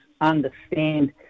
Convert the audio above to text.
understand